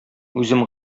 үзем